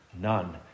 None